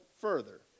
further